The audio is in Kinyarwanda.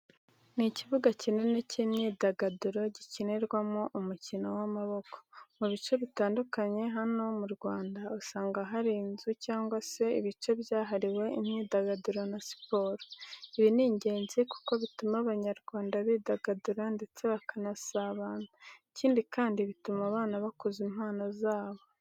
Ni ikibuga cy'imyidagaduro gikinirwaho umukino w'amaboko. Mu bice bitandukanye hano u Rwanda usanga hari inzu cyangwa se ibice byahariwe imyidagaduro na siporo. Ibi ni ingezi kuko bituma Abanyarwanda bidagadura ndetse bakanasabana. Ikindi kandi, bituma abana bakuza impano zabo.